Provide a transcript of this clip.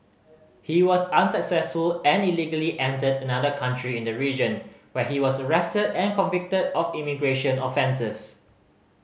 he was unsuccessful and illegally entered another country in the region where he was arrested and convicted of immigration offences